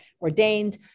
ordained